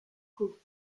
called